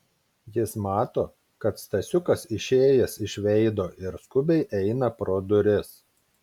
jis mato kad stasiukas išėjęs iš veido ir skubiai eina pro duris